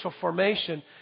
formation